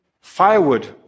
firewood